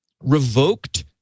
revoked